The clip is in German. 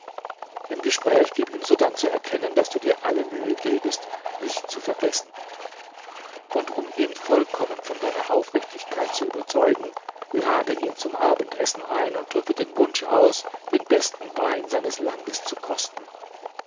im gespräch gib ihm sodann zu erkennen daß du dir alle mühe gebest mich zu vergessen und um ihn vollkommen von deiner aufrichtigkeit zu überzeugen lade ihn zum abendessen ein und drücke den wunsch aus den besten wein seines landes zu kosten